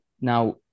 Now